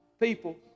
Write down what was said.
people